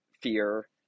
fear